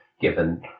given